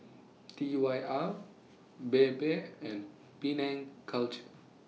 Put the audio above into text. T Y R Bebe and Penang Culture